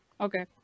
Okay